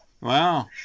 wow